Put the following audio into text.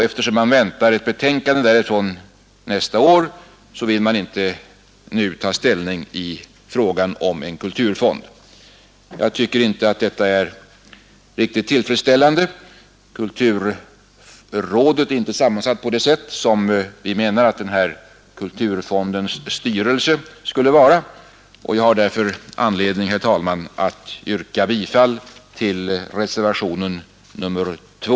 Eftersom man väntar ett betänkande därifrån nästa år vill man inte nu ta ställning i fråga om en kulturfond. Jag tycker inte att detta är riktigt tillfredsställande — kulturrådet är inte sammansatt på det sätt som vi menar att kulturfondens styrelse skulle vara — och jag har därför anledning, herr talman, att yrka bifall till reservationen 2.